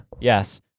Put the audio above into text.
Yes